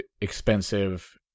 expensive